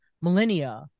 millennia